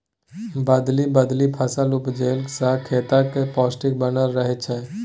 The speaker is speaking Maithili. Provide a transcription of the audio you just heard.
बदलि बदलि फसल उपजेला सँ खेतक पौष्टिक बनल रहय छै